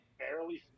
barely